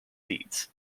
seeds